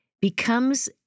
becomes